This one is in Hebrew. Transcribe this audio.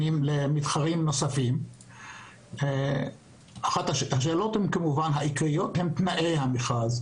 למתחרים נוספים השאלות העיקריות הן תנאי המכרז.